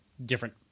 Different